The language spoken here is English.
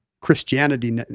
Christianity